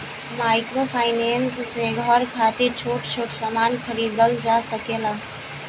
microfinance से घर खातिर छोट छोट सामान के खरीदल जा सकेला